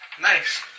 Nice